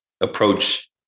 approach